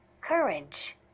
courage